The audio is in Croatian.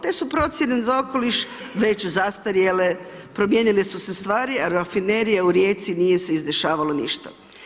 Te su procjene za okoliš već zastarjele, promijenile su se stvari, a rafinerija u Rijeci, nije se izdešavalo ništa.